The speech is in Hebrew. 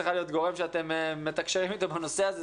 צריכה להיות גורם שאתם מתקשרים איתו בנושא הזה,